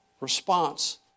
response